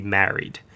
married